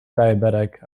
diabetic